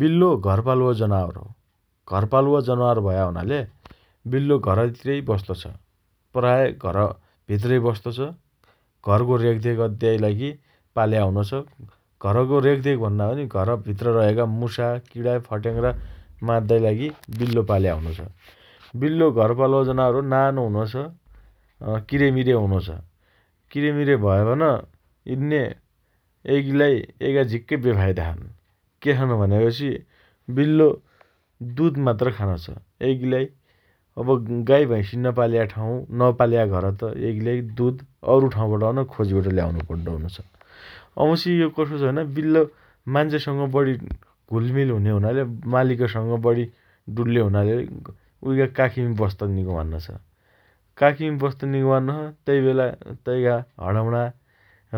बिल्लो घरपालुवा जनावर हो । घर पालुवा जनावर भया हुनाले बिल्लो घरतिरै बस्तो छ । प्राय घरभित्रै बस्तो छ । घरको रेखदेख अद्दाइ लागि पाल्या हुनो छ । घरको रेखदेख भन्दा पनि घरभित्र रहेका मुसा, किणा, फट्याङ्ग्रा माद्दाइ लागि बिल्लो पाल्या हुनो छ । बिल्लो घर पालुवा जनावर हो । नानो हुनो छ । किरेमिरे हुनो छ । किरेमिरे भया पन यिन्ने एइगिलाई एइका झिक्कै बेफाइदा छन् । के छन् भन्यापछि बिल्लो दुध मात्र खानो छ । एइगिलाई अब गाई भैँसी नपाल्या ठाउँ, नपाल्या घर त एइगिलाई दुध अरु ठाउँबाट पन खोजिबट ल्याउनो पड्डे हुनोछ । वापछि यो कसो छ भने बिल्लो मान्छेसँग बढि घुलमिल हुने हुनाले मालिकसँग बढी डुल्ले हुनाले उहीका काखीमी बस्त निको मान्नो छ । काखीमी बस्त निको मान्नो छ । त्यहीबेला तइका हणम्णा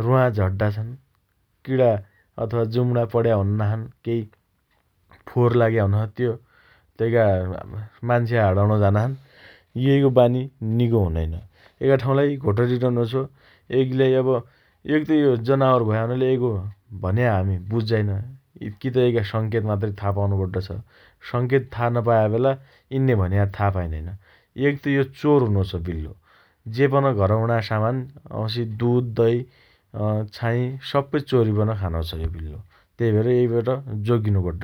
र्वाँ झड्डा छन् । किणा अथवा जुम्णा पण्या हुना छन् । केही फोहोर लाग्या हुनो छ । तैका मान्छ्या हणम्णे झाना छन् । यहीको बानी निको हुनैन । एका ठाउँलाई घोटर्री रनो छ । एइगिलाई अब एक यो जनावर भया हुनाले एइको भन्या हामी बुज्झाइन । कि त एइका संकेत मात्रै थाहा पाउनो पड्डो छ । संकेत थाहा नपाया बेला यिन्ने भन्या था पाइनैन । एक यो चोर हुनो छ बिल्लो । जे पन घरम्णा सामान वाँपछि दुध दही छाँई सप्पै चोरीपन खानो छ यो । त्यही भएर यहीबाट जोगिनु ।